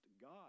God